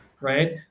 Right